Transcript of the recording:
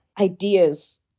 ideas